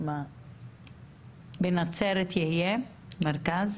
בנצרת יהיה מרכז?